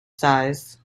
sighs